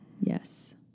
Yes